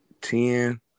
ten